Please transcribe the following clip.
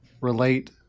relate